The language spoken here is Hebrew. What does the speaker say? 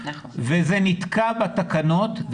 אבל זה נתקע בתקנות.